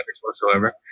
whatsoever